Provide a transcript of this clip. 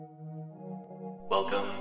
Welcome